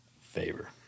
favor